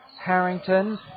Harrington